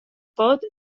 pot